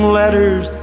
letters